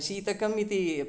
शीतकम् इति